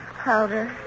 Powder